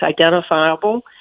identifiable